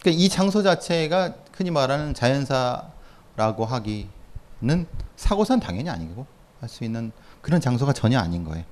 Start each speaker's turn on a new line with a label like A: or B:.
A: 그러니까 이 장소 자체가 흔히 말하는 자연사라고 하기는 사고사는 당연히 아니고 할 수 있는 그런 장소가 전혀 아닌 거예요.